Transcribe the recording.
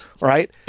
Right